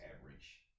average